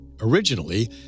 Originally